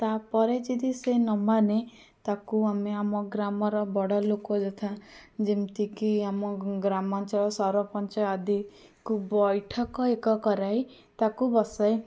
ତାପରେ ଯଦି ସିଏ ନ ମାନେ ତାକୁ ଆମେ ଆମ ଗ୍ରାମର ବଡ଼ ଲୋକ ଯଥା ଯେମିତିକି ଆମ ଗ୍ରାମାଞ୍ଚଳ ସରପଞ୍ଚ ଆଦି କୁ ବୈଠକ ଏକ କରାଇ ତାକୁ ବସାଇ